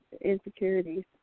insecurities